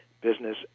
business